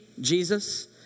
Jesus